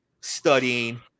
studying